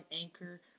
Anchor